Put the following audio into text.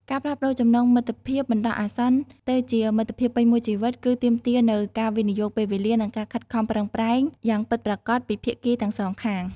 ការផ្លាស់ប្តូរចំណងមិត្តភាពបណ្ដោះអាសន្នទៅជាមិត្តភាពពេញមួយជីវិតគឺទាមទារនូវការវិនិយោគពេលវេលានិងការខិតខំប្រឹងប្រែងយ៉ាងពិតប្រាកដពីភាគីទាំងសងខាង។